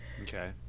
Okay